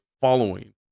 following